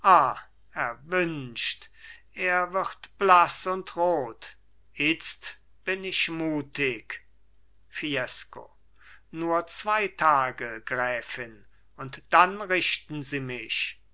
erwünscht er wird blaß und rot itzt bin ich mutig fiesco nur zwei tage gräfin und dann richten sie mich